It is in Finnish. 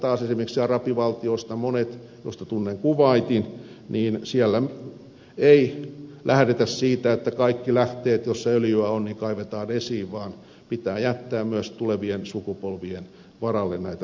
taas esimerkiksi arabivaltioista monissa joista tunnen kuwaitin ei lähdetä siitä että kaikki lähteet joissa öljyä on kaivetaan esiin vaan pitää jättää myös tulevien sukupolvien varalle näitä rikkauksia